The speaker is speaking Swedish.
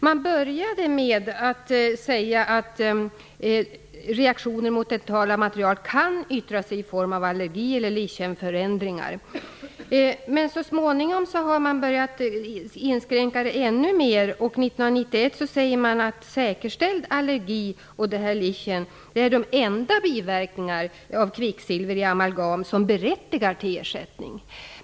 Man började med att säga att reaktioner mot dentala material kan yttra sig i form av allergi eller lichenförändringar. Men så småningom började man inskränka det ännu mer. 1991 säger man att säkerställd allergi och lichenförändringar är de enda biverkningar av kvicksilver i amalgam som berättigar till ersättning.